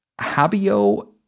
Habio